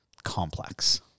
complex